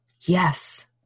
yes